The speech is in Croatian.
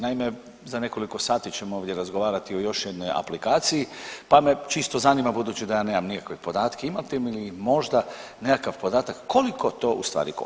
Naime, za nekoliko sati ćemo ovdje razgovarati o još jednoj aplikaciji, pa me čisto zanima budući da ja nemam nikakve podatke, imate li možda nekakav podatak koliko to u stvari košta?